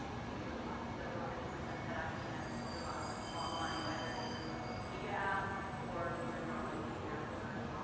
i think it was just over fifty percent, had actually met their last person online, either through a social media app or through an online dating app or, ah,